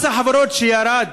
מס החברות, שירד